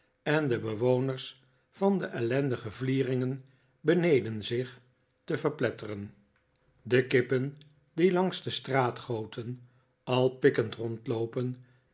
en de bewoners van de ellendige vlieringen beneden zich te verpletteren de kippen die langs de straatgoten al pikkend rondloopen